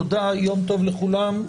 תודה, יום טוב לכולם.